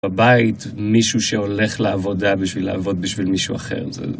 בבית, מישהו שהולך לעבודה בשביל לעבוד בשביל מישהו אחר, זה...